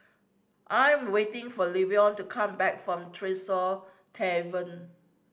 I'm waiting for Levon to come back from Tresor Tavern